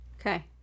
okay